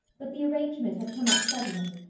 but the arrangement had come up suddenly,